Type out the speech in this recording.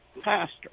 pastor